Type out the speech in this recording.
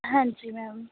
ਹਾਂਜੀ ਮੈਮ